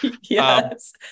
Yes